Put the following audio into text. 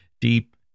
deep